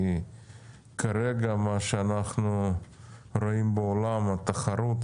כי מה שאנחנו כרגע רואים בעולם זה שהתחרות